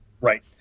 Right